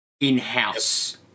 in-house